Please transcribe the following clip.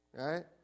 Right